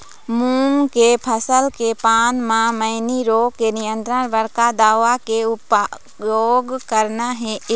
मूंग के फसल के पान म मैनी रोग के नियंत्रण बर का दवा के उपयोग करना ये?